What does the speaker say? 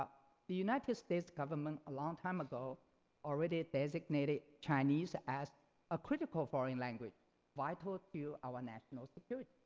the united states government a long time ago already designated chinese as a critical foreign language vital to our national security.